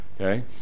okay